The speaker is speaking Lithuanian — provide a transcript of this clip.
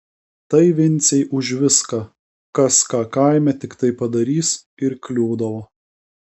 tai vincei už viską kas ką kaime tiktai padarys ir kliūdavo